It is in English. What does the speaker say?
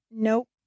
Nope